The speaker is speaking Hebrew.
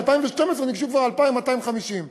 2012 ניגשו כבר 2,250 תלמידים.